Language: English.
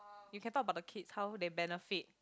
you can talk about the kids how they benefit